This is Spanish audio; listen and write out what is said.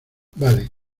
vale